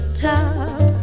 top